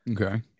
Okay